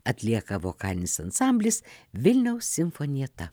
atlieka vokalinis ansamblis vilniaus simfonjieta